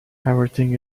everything